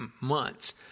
months